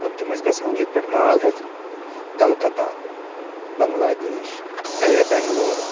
مطلب تِم ٲسۍ گژھان ییٚتہِ پٮ۪ٹھ مال ہٮ۪تھ کلکَتہ بَنگلادیش یہِ ہہ یہِ بیٚنٛگلور